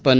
Pannu